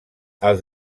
els